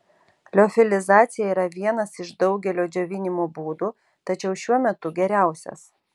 liofilizacija yra vienas iš daugelio džiovinimo būdų tačiau šiuo metu geriausias